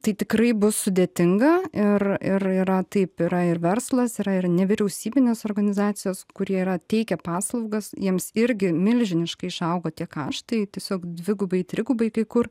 tai tikrai bus sudėtinga ir ir yra taip yra ir verslas yra ir nevyriausybinės organizacijos kurie yra teikia paslaugas jiems irgi milžiniškai išaugo tie kaštai tiesiog dvigubai trigubai kai kur